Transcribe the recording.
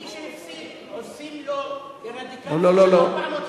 מי שהפסיד עושים לו ארדיקציה של 450 כפרים?